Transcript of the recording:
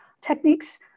techniques